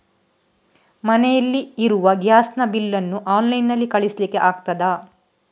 ಮನೆಯಲ್ಲಿ ಇರುವ ಗ್ಯಾಸ್ ನ ಬಿಲ್ ನ್ನು ಆನ್ಲೈನ್ ನಲ್ಲಿ ಕಳಿಸ್ಲಿಕ್ಕೆ ಆಗ್ತದಾ?